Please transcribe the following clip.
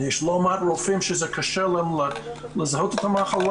יש לא מעט רופאים שקשה להם לזהות את המחלה